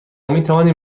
میتوانیم